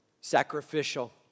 sacrificial